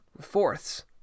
fourths